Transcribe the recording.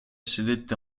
sedette